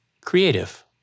creative